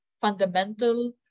fundamental